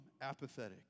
apathetic